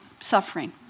suffering